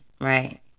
right